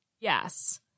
Yes